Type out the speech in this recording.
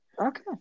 Okay